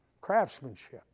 craftsmanship